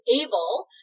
able